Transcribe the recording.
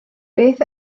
beth